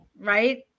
Right